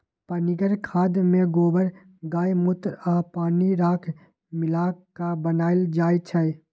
पनीगर खाद में गोबर गायमुत्र आ पानी राख मिला क बनाएल जाइ छइ